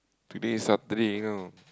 today is Saturday you know